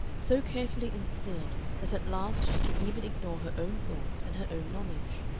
so carefully instilled that at last she can even ignore her own thoughts and her own knowledge.